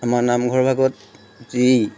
আমাৰ নামঘৰভাগত যি